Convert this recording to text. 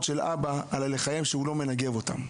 של אבא על הלחיים שהוא לא מנגב אותן.